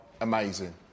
amazing